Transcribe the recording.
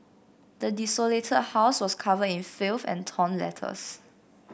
the desolated house was covered in filth and torn letters